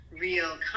real